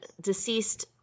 deceased